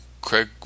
Craig